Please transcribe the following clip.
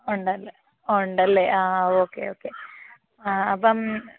ഉണ്ടല്ലേ ഉണ്ടല്ലേ ആ ഓക്കെ ഓക്കെ ആ അപ്പം